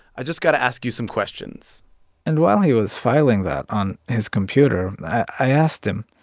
i just got to ask you some questions and while he was filing that on his computer, i asked him,